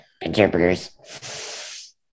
interpreters